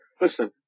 Listen